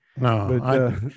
No